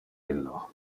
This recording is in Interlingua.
illo